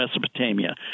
Mesopotamia